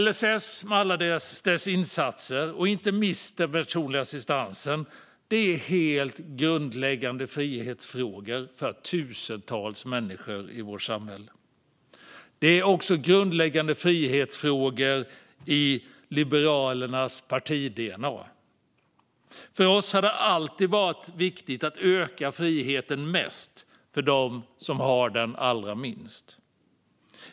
LSS med alla dess insatser och inte minst den personliga assistansen är helt grundläggande frihetsfrågor för tusentals människor i vårt samhälle. Det är också grundläggande frihetsfrågor i Liberalernas parti-dna. För oss har det alltid varit viktigt att öka friheten mest för dem som har den allra minst.